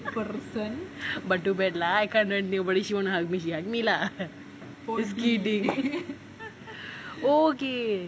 but too bad lah I can't continue she want to hug me she hug me lah just kidding okay